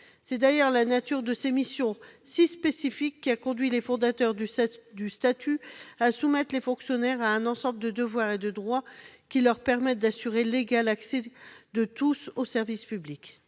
C'est d'ailleurs la nature de ces missions si spécifiques qui a conduit les fondateurs du statut à soumettre les fonctionnaires à un ensemble de devoirs et de droits qui leur permettent d'assurer l'égal accès de tous aux services publics.